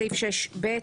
בסעיף 6(ב),